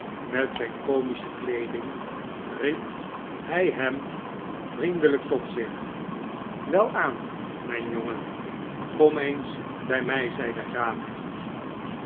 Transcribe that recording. met zijn comische kleeding riep hij hem vriendelijk tot zich welaan mijn jongen kom eens bij mij zeide de graaf